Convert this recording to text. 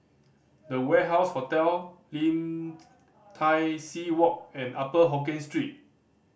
The Warehouse Hotel Lim Tai See Walk and Upper Hokkien Street